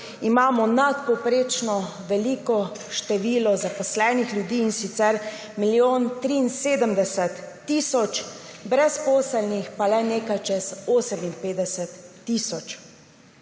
imamo nadpovprečno veliko število zaposlenih ljudi, in sicer milijon 73 tisoč, brezposelnih pa le nekaj čez 58 tisoč,